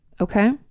Okay